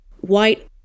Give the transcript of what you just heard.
white